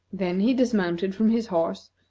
then he dismounted from his horse,